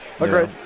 Agreed